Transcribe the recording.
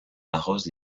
arrose